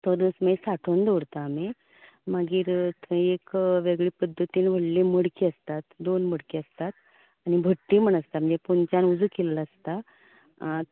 तो रोस मागीर साठोवन दवरतात आमी मागीर थंय एक वेगळे पद्दतीन व्हडले मडकी आसतात दोन मडकी आसतात आनी भट्टी म्हण आसता मागीर पोंदच्यान उजो केल्लो आसता आं